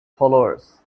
followers